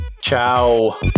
ciao